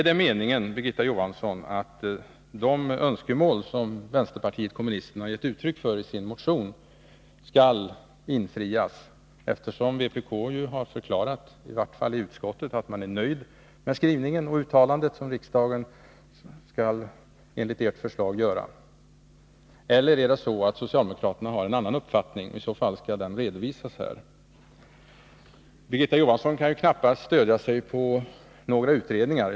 Är det meningen, Birgitta Johansson, att de önskemål som vänsterpartiet kommunisterna har gett uttryck för i sin motion skall infrias? Man har från vpk:s sida, i vart fall i utskottet, förklarat sig vara nöjd med skrivningen och det uttalande som riksdagen enligt ert förslag skall göra. Eller har socialdemokraterna en annan uppfattning? I så fall skall den redovisas här. Birgitta Johansson kan knappast stödja sig på några utredningar.